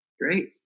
great